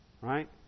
right